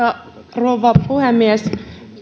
rouva puhemies